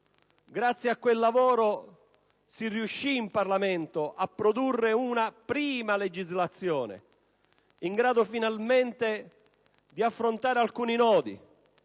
Grazie a quel lavoro si riuscì in Parlamento a produrre una prima legislazione in grado finalmente di affrontare alcuni nodi;